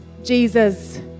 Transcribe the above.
Jesus